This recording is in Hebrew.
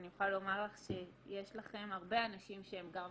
אני יכולה לומר לך שיש לכם הרבה אנשים שהם גב